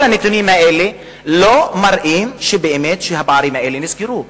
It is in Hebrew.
כל הנתונים האלה לא מראים שבאמת הפערים האלה נסגרו.